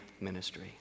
ministry